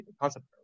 concept